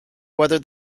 whether